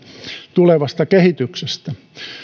tulevasta kehityksestä